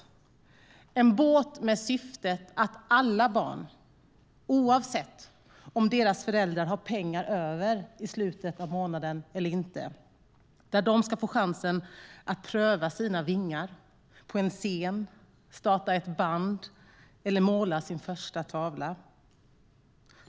Det är en båt med syftet att alla barn, oavsett om deras föräldrar har pengar över i slutet av månaden eller inte, ska få chansen att pröva sina vingar på en scen, starta ett band eller måla sin första tavla.